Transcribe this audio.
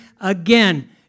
again